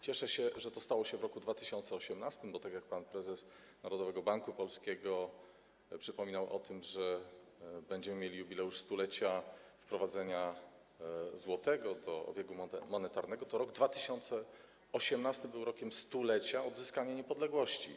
Cieszę się, że to stało się w roku 2018, bo tak jak pan prezes Narodowego Banku Polskiego przypominał o tym, że będziemy mieli jubileusz stulecia wprowadzenia złotego do obiegu monetarnego, tak rok 2018 był rokiem stulecia odzyskania niepodległości.